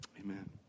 amen